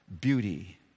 beauty